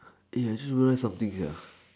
eh I just realise something sia